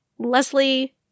Leslie